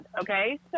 Okay